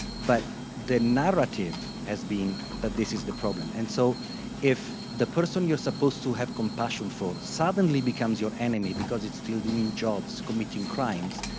but the narrative has been that this is the problem, and so if the person you're supposed to have compassion for suddenly becomes your enemy because it's stealing new jobs, committing crimes,